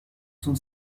son